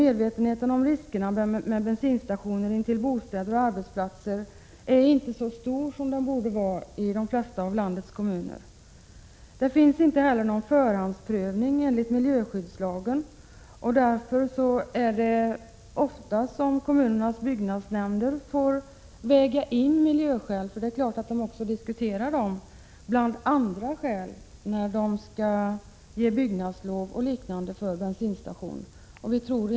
Medvetenheten om riskerna med bensinstationer intill bostäder och arbetsplatser är inte så stor som den borde vara i de flesta av landets kommuner. Det sker inte heller någon förhandsprövning enligt miljöskyddslagen, och därför får ofta kommunernas byggnadsnämnder väga in miljöskäl bland andra skäl när de skall ge byggnadslov m.m. för bensinstationer.